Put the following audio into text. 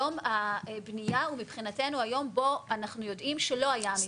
יום הבנייה הוא מבחינתי היום בו אנחנו יודעים שלא היה המבנה.